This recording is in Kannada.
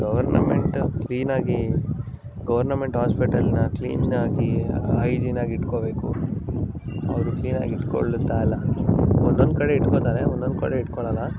ಗವರ್ನಮೆಂಟ್ ಕ್ಲೀನಾಗಿ ಗವರ್ನಮೆಂಟ್ ಆಸ್ಪೆಟ್ಕೋಬೇಕು ಅವ್ರು ಕ್ಲೀನಾಗಿ ಇಟ್ಕೊಳ್ತಾಯಿಲ್ಲ ಒಂದೊಂದು ಕಡೆ ಇಟ್ಕೊಳ್ತಾರೆ ಒಂದೊಂದು ಕಡೆ ಇಟ್ಕೊಳೋಲ್ಲ